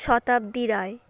শতাব্দী রায়